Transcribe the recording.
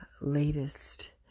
latest